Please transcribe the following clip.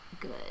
good